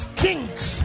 kings